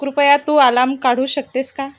कृपया तू आलाम काढू शकतेस का